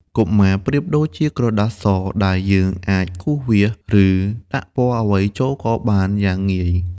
កុមារប្រៀបដូចជាក្រដាសស ដែលយើងអាចគូសវាស ឬដាក់ពណ៌អ្វីចូលក៏បានយ៉ាងងាយ។